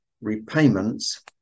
repayments